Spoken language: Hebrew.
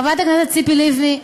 חברת הכנסת ציפי לבני,